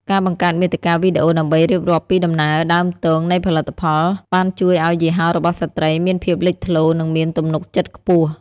ការបង្កើតមាតិកាវីដេអូដើម្បីរៀបរាប់ពីដំណើរដើមទងនៃផលិតផល បានជួយឱ្យយីហោរបស់ស្ត្រីមានភាពលេចធ្លោ និងមានទំនុកចិត្តខ្ពស់។